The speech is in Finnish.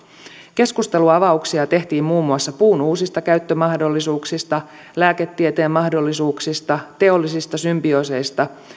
keskustelunavauksia tehtiin muun muassa puun uusista käyttömahdollisuuksista lääketieteen mahdollisuuksista teollisista symbiooseista